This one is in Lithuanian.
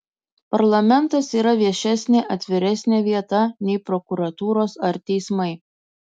parlamentas yra viešesnė atviresnė vieta nei prokuratūros ar teismai